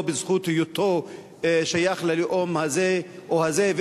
בזכות היותו שייך ללאום הזה או הזה,